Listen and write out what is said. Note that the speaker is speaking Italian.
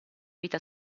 vita